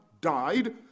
died